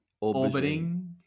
Orbiting